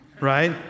right